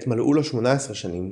עת מלאו לו 18 שנים,